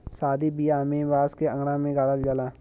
सादी बियाह में बांस के अंगना में गाड़ल जाला